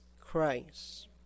Christ